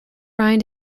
ryan